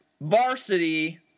varsity